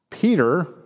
Peter